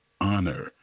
honor